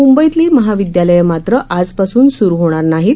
मुंबईतली महाविद्यालयं मात्र आजपासून सुरु होणार नाहीत